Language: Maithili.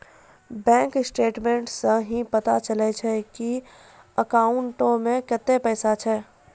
बैंक स्टेटमेंटस सं ही पता चलै छै की अकाउंटो मे कतै पैसा छै